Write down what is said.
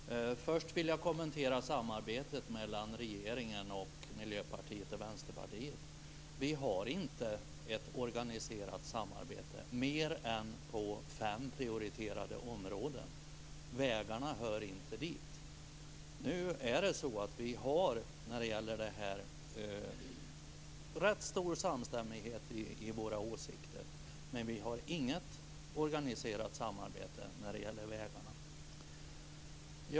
Fru talman! Först vill jag kommentera samarbetet mellan regeringen, Miljöpartiet och Vänsterpartiet. Vi har inte ett organiserat samarbete mer än på fem prioriterade områden. Vägarna hör inte dit. Nu är det så att vi har rätt stor samstämmighet i våra åsikter när det gäller det här. Men vi har inget organiserat samarbete när det gäller vägarna.